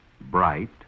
bright